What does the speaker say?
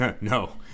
No